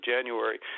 January